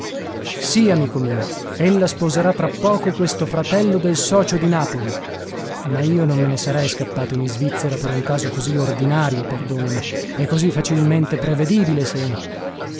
sì amico mio ella sposerà tra poco questo fratello del socio di napoli ma io non me ne sarei scappato in isvizzera per un caso così ordinario perdonami e così facilmente prevedibile se